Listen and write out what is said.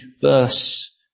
verse